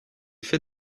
fait